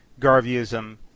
Garveyism